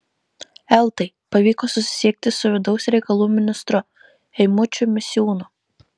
eltai pavyko susisiekti su vidaus reikalų ministru eimučiu misiūnu